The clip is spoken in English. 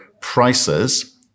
prices